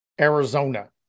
Arizona